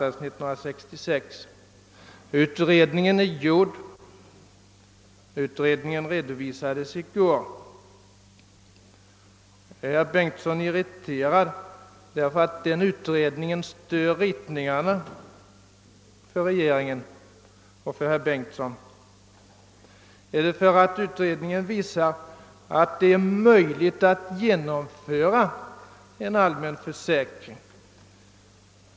Den utredningen är nu färdig, och resultatet redovisades i går. Är herr Bengtsson irriterad för att den utredningen stör ritningarna för regeringen och för herr Bengtsson eller för att utredningen visat att det är möjligt att genomföra en allmän sysselsättningsförsäkring?